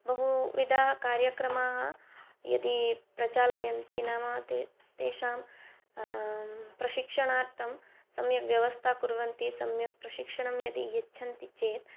बहुविधाः कार्यक्रमाः यदि प्रचालयन्ति नाम ते तेषां प्रशिक्षणार्थं सम्यक् व्यवस्थां कुर्वन्ति सम्यक् प्रशिक्षणं यदि यच्छन्ति चेत्